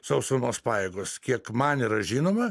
sausumos pajėgos kiek man yra žinoma